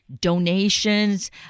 donations